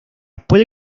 puede